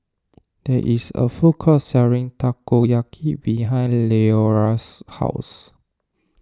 there is a food court selling Takoyaki behind Leora's house